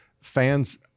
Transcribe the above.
Fans –